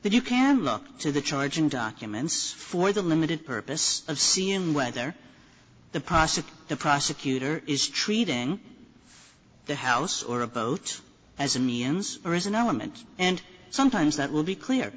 that you can look to the charging documents for the limited purpose of seeing whether the process the prosecutor is treating the house or a boat as a millions are is an element and sometimes that will be clear